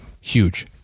huge